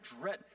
dread